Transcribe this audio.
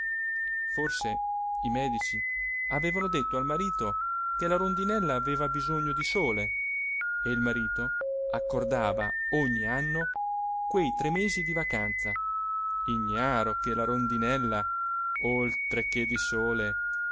forse i medici avevano detto al marito che la rondinella aveva bisogno di sole e il marito accordava ogni anno quei tre mesi di vacanza ignaro che la rondinella oltre che di sole